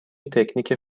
تکنیک